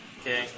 Okay